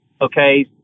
Okay